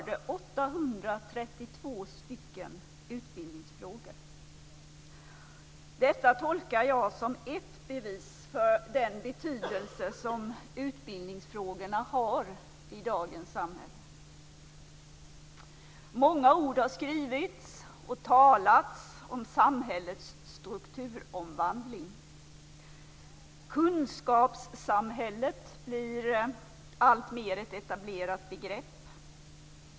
Detta tolkar jag som ett bevis för den betydelse som utbildningsfrågorna har i dagens samhälle. Många ord har skrivits och talats om samhällets strukturomvandling. Kunskapssamhället blir ett alltmer etablerat begrepp.